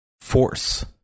force